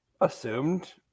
assumed